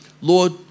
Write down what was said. Lord